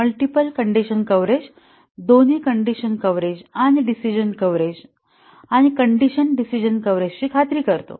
multiple condition coverage दोन्ही condition coverage आणि decision coverage आणि कंडिशन डिसिजणं कव्हरेज ची खात्री करतो